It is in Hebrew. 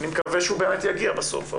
אני מקווה שהוא באמת יגיע בסוף.